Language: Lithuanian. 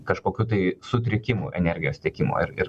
kažkokių tai sutrikimų energijos tiekimo ir ir